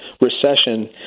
recession